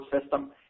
system